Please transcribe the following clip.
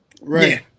Right